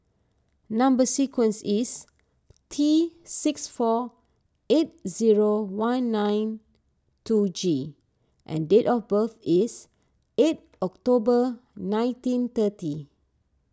Number Sequence is T six four eight zero one nine two G and date of birth is eight October nineteen thirty